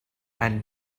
and